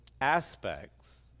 aspects